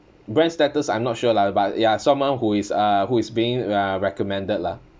brand status I'm not sure lah but ya someone who is uh who is being uh recommended lah